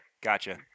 Gotcha